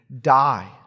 die